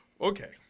Okay